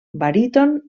baríton